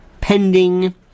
pending